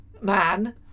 man